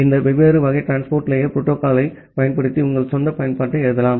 இந்த வெவ்வேறு வகை டிரான்ஸ்போர்ட் லேயர் புரோட்டோகால்யைப் பயன்படுத்தி உங்கள் சொந்த பயன்பாட்டை எழுதலாம்